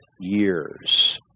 years